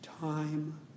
Time